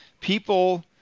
people